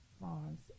Farms